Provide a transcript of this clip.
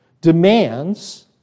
demands